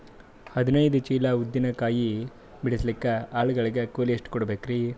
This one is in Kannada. ಹದಿನೈದು ಚೀಲ ಉದ್ದಿನ ಕಾಯಿ ಬಿಡಸಲಿಕ ಆಳು ಗಳಿಗೆ ಕೂಲಿ ಎಷ್ಟು ಕೂಡಬೆಕರೀ?